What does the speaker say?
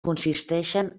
consisteixen